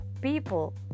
People